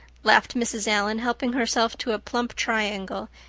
laughed mrs. allan, helping herself to a plump triangle,